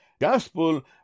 gospel